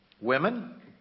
women